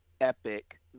epic